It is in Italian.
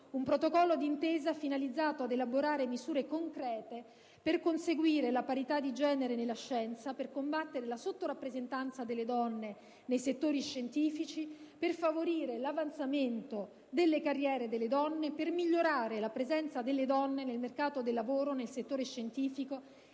un protocollo d'intesa finalizzato a elaborare misure concrete per conseguire la parità di genere nella scienza, combattere la sottorappresentanza delle donne nei settori scientifici, favorire l'avanzamento delle carriere delle donne, migliorare la presenza delle donne nel mercato del lavoro nel settore scientifico